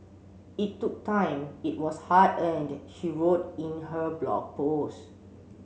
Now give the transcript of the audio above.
it took time it was hard earned she wrote in her Blog Post